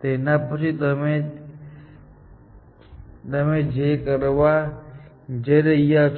તેના પછી તમે જે કરવા જઈ રહ્યા છો